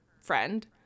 friend